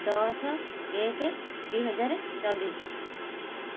ଦଶ ଏକ ଦୁଇ ହଜାର ଚବିଶ